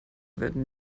werden